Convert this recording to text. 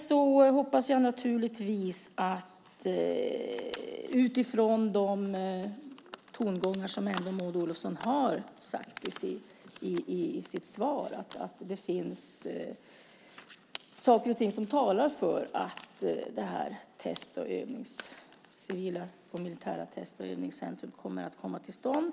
Jag hoppas, utifrån de tongångar som Maud Olofsson har i sitt svar, att det finns saker och ting som talar för att ett civilt test och övningscentrum kommer till stånd.